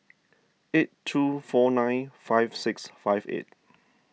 eight two four nine five six five eight